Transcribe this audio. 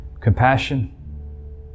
compassion